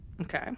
Okay